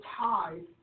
tied